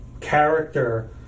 character